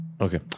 Okay